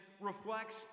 reflects